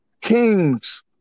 kings